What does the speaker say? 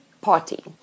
party